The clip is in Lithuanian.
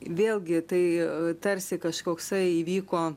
vėlgi tai tarsi kažkoksai įvyko